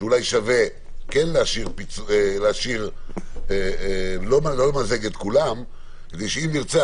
שאולי שווה כן להשאיר ולא למזג את כולן כדי שאם נרצה,